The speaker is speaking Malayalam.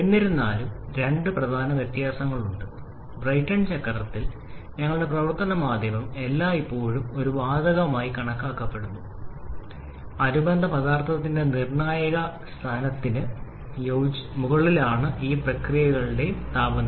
എന്നിരുന്നാലും രണ്ട് പ്രധാന വ്യത്യാസങ്ങളുണ്ട് ബ്രൈടൺ ചക്രത്തിന്റെ ഞങ്ങളുടെ പ്രവർത്തന മാധ്യമം എല്ലായ്പ്പോഴും ഒരു വാതകമായി കണക്കാക്കപ്പെടുന്നു അനുബന്ധ പദാർത്ഥത്തിന്റെ നിർണ്ണായക സ്ഥാനത്തിന് മുകളിലാണ് എല്ലാ പ്രക്രിയകൾക്കും താപനില